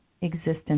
existence